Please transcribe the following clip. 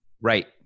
Right